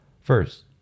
first